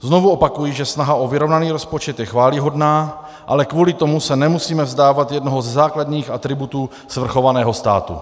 Znovu opakuji, že snaha o vyrovnaný rozpočet je chvályhodná, ale kvůli tomu se nemusíme vzdávat jednoho ze základních atributů svrchovaného státu.